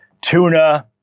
tuna